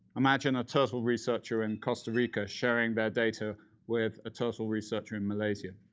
imagine a turtle researcher in costa rica sharing their data with a turtle researcher in malaysia.